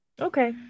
Okay